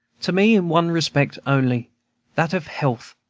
to me in one respect only that of health.